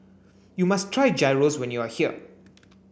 you must try Gyros when you are here